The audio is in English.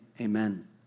amen